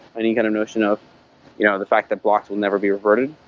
any kind of notion of you know the fact that blocks will never be averted.